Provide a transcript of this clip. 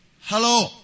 Hello